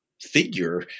figure